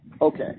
okay